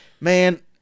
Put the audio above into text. man